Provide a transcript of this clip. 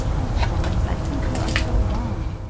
oh, florence, i think you are so wrong,